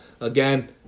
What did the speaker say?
Again